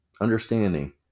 understanding